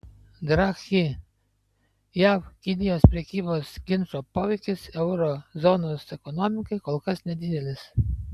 draghi jav kinijos prekybos ginčo poveikis euro zonos ekonomikai kol kas nedidelis